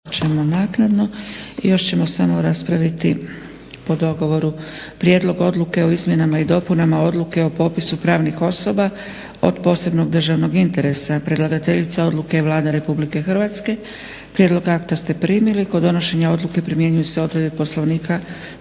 (SDP)** I još ćemo samo raspraviti po dogovoru - Prijedlog odluke o izmjenama i dopunama Odluke o popisu pravnih osoba od posebnog državnog interesa Predlagateljica odluke je Vlada Republike Hrvatske. Prijedlog akta ste primili. Kod donošenja odluke primjenjuju se odredbe Poslovnika koje se